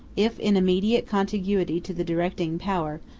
if, in immediate contiguity to the directing power,